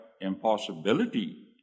impossibility